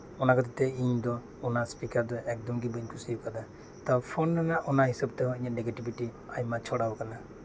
ᱚᱱᱟ ᱠᱷᱟᱹᱛᱤᱨ ᱛᱮ ᱤᱧ ᱫᱚ ᱚᱱᱟ ᱤᱥᱯᱤᱠᱟᱨ ᱫᱚ ᱮᱠᱫᱚᱢ ᱜᱮ ᱵᱟᱹᱧ ᱠᱩᱥᱤ ᱟᱠᱟᱫᱟ ᱯᱷᱳᱱ ᱨᱮᱭᱟᱜ ᱚᱱᱟ ᱦᱤᱥᱟᱹᱵ ᱛᱮ ᱚᱱᱟ ᱱᱮᱜᱮᱴᱤᱵᱷᱤᱴᱤ ᱟᱭᱢᱟ ᱪᱷᱚᱲᱟᱣ ᱟᱠᱟᱱᱟ